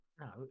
No